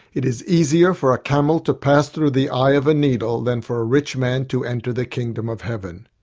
it is easier for a camel to pass through the eye of a needle than for a rich man to enter the kingdom of heaven.